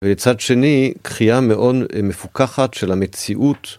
ולצד שני, קריאה מאוד מפוקחת של המציאות.